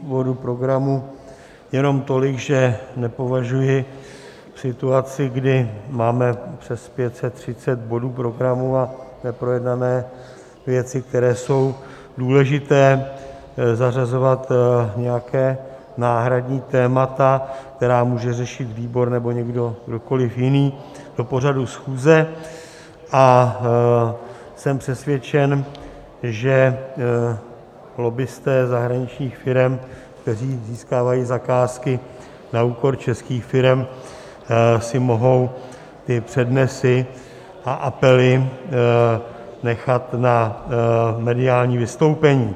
K úvodu programu jenom tolik, že nepovažuji v situaci, kdy máme přes 530 bodů programu a neprojednané věci, které jsou důležité, zařazovat nějaká náhradní témata, která může řešit výbor nebo někdo kdokoliv jiný, do pořadu schůze, a jsem přesvědčen, že lobbisté zahraničních firem, kteří získávají zakázky na úkor českých firem, si mohou ty přednesy a apely nechat na mediální vystoupení.